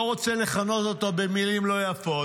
לא רוצה לכנות אותו במילים לא יפות